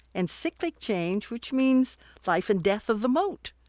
and cyclic change, which means life and death of the moat.